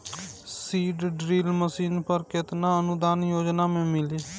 Seed drill machine पर केतना अनुदान योजना में मिली?